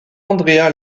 andrea